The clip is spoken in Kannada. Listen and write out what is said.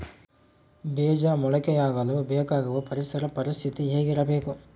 ಬೇಜ ಮೊಳಕೆಯಾಗಲು ಬೇಕಾಗುವ ಪರಿಸರ ಪರಿಸ್ಥಿತಿ ಹೇಗಿರಬೇಕು?